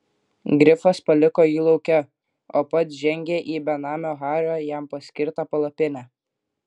grifas paliko jį lauke o pats žengė į benamio hario jam paskirtą palapinę